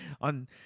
on